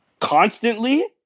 constantly